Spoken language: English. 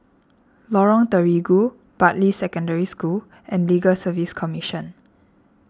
Lorong Terigu Bartley Secondary School and Legal Service Commission